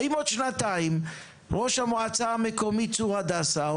האם עוד שנתיים ראש המועצה המקומית צור הדסה או